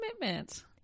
commitment